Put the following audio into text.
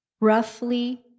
Roughly